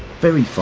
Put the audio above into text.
very